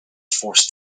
forced